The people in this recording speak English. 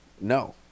No